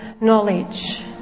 knowledge